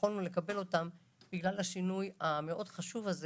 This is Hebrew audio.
ויכולנו לקבל אותם בגלל השינוי החשוב הזה